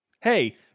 Hey